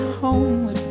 home